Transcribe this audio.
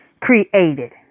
created